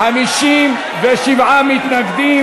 מי נגד?